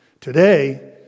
Today